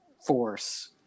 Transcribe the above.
force